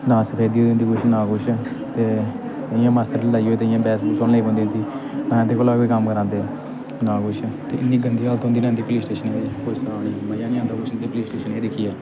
ना सफेदी होई दी होंदी कुछ ना कुछ ते इ'यां मस्त लड़ाई होए ते बैह्स बूह्स होन लगी पौंदी इं'दी तां इं'दे कोला दा गै कम्म करांदे ना कुछ ते इन्नी गंदी हालत होंदी ना इं'दी पुलीस स्टेशनें दी कोई स्हाब निं मजा निं आंदा कुछ इं'दे पुलीस स्टेशनें गी दिक्खियै